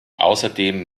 außerdem